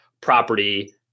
property